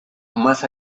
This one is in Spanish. más